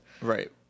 Right